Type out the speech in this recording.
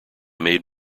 made